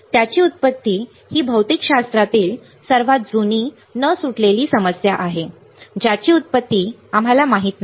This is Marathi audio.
त्याची उत्पत्ती ही भौतिकशास्त्रातील सर्वात जुनी न सुटलेली समस्या आहे ज्याची उत्पत्ती आम्हाला माहित नाही